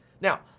Now